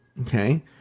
okay